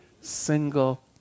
single